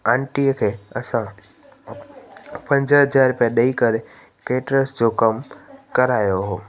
आंटीअ खे असां पंज हज़ार रुपया ॾेई करे केटरर्स जो कमु करायो हो